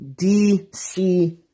DC